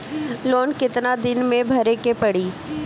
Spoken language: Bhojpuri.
लोन कितना दिन मे भरे के पड़ी?